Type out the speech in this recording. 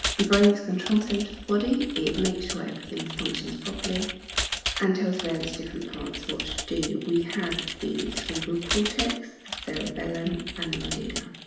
brain is control central of the body. it makes sure everything's functions properly and tells various different parts what to do. we have the cerebral cortex, the cerebellum and the medulla.